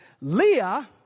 Leah